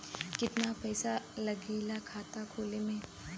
कितना पैसा लागेला खाता खोले में?